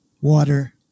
water